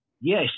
Yes